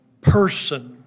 person